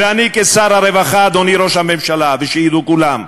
ואני כשר הרווחה, אדוני ראש הממשלה, ושידעו כולם,